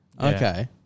Okay